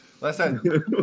listen